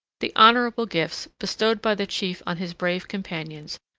the honorable gifts, bestowed by the chief on his brave companions,